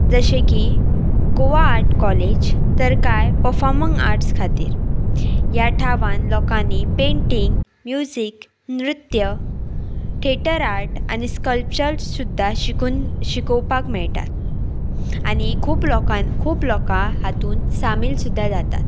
जशें की Goa art college तर कांय पफोमंग आर्ट्स खातीर ह्या ठावान लोकांनी पेंटींग म्युजीक नृत्य थेटर आर्ट आनी स्कल्पचर्स सुद्दां शिकून शिकोवपाक मेळटात आनी खूब लोकां खूब लोकां हातून सामील सुद्दां जातात